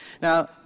Now